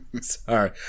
Sorry